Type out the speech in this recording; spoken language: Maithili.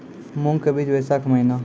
मूंग के बीज बैशाख महीना